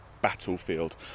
battlefield